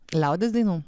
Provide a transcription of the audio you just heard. liaudies dainų